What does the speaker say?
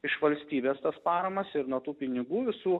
iš valstybės tas paramas ir nuo tų pinigų visų